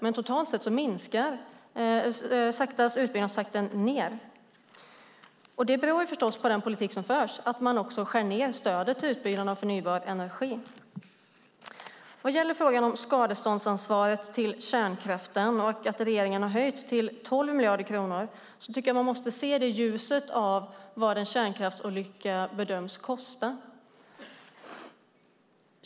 Men totalt sett saktas utbyggnadstakten ned. Det beror förstås på den politik som förs. Man skär också ned stödet till utbyggnad av förnybar energi. Jag tycker att frågan om skadeståndsansvaret när det gäller kärnkraften och att regeringen har höjt det till 12 miljarder kronor måste ses i ljuset av vad en kärnkraftsolycka bedöms kosta.